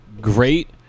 great